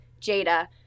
Jada